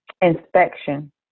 inspection